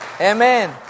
Amen